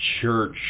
church